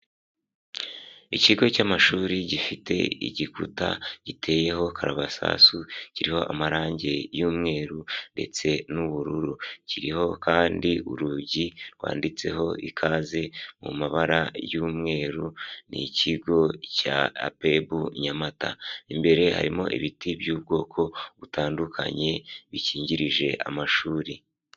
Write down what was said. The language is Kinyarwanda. Ikigo cy'amashuri gifite igikuta giteyeho karaamasasu, kiriho amarangi y'umweru ndetse n'ubururu, kiriho kandi urugi rwanditseho ikaze mu mabara y'umweru, n'Ikigo cya Apebu Nyamata, imbere harimo ibiti by'ubwoko butandukanye bikingirije amashuri.